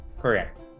Correct